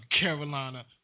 Carolina